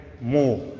more